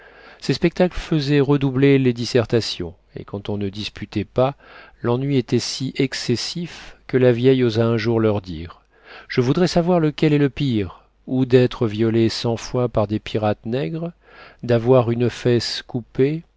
ces spectacles fesaient redoubler les dissertations et quand on ne disputait pas l'ennui était si excessif que la vieille osa un jour leur dire je voudrais savoir lequel est le pire ou d'être violée cent fois par des pirates nègres d'avoir une fesse coupée